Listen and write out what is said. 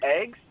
eggs